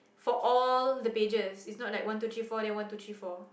for all the pages it's not like one two three four then one two three four